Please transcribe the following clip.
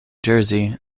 jersey